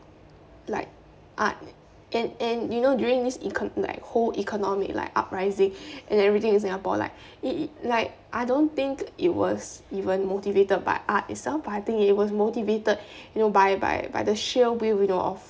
like uh and and you know during these econ~ like whole economic like uprising and everything in singapore like it like I don't think it was even motivated by art itself but I think it was motivated you know by by by the sheer will we know of